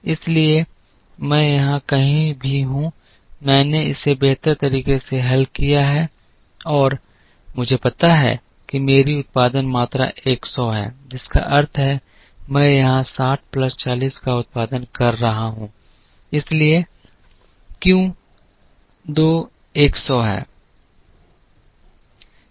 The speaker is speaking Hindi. इसलिए मैं यहां कहीं भी हूं मैंने इसे बेहतर तरीके से हल किया है और मुझे पता है कि मेरी उत्पादन मात्रा एक सौ है जिसका अर्थ है मैं यहां 60 प्लस 40 का उत्पादन कर रहा हूं इसलिए क्यू 2 एक सौ है